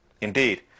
Indeed